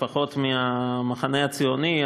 לפחות מהמחנה הציוני,